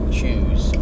choose